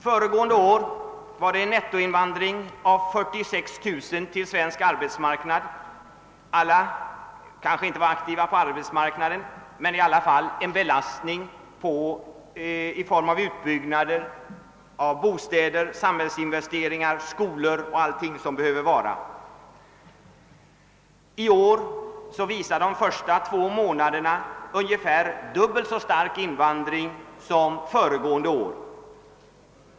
Föregående år var det en nettoinvandring av 46 000 personer. Alla kanske inte var aktiva på arbetsmarknaden, men det var i alla fall en belastning i form av utbyggnader av bostäder, samhällsinvesteringar, skolor och allting sådant som behöver finnas. I år visar de två första månaderna siffror på ungefär dubbelt så stor invandring som föregående år.